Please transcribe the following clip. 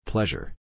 Pleasure